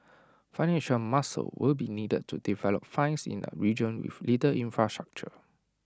financial muscle will be needed to develop finds in A region with little infrastructure